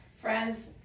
Friends